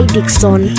Dixon